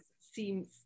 seems